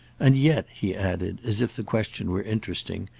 and yet, he added, as if the question were interesting,